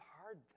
hard